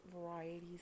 varieties